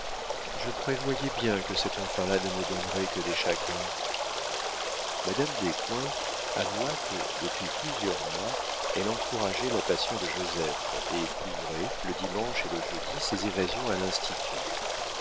je prévoyais bien que cet enfant-là ne me donnerait que des chagrins madame descoings avoua que depuis plusieurs mois elle encourageait la passion de joseph et couvrait le dimanche et le jeudi ses évasions à l'institut